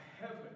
heaven